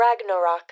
Ragnarok